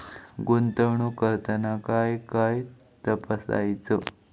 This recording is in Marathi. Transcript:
गुंतवणूक करताना काय काय तपासायच?